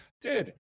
dude